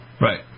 Right